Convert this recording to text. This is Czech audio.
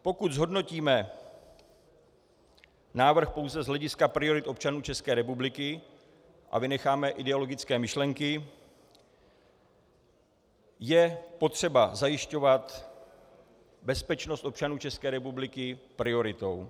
Pokud zhodnotíme návrh pouze z hlediska priorit občanů České republiky a vynecháme ideologické myšlenky, je potřeba zajišťovat bezpečnost občanů České republiky prioritou.